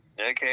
Okay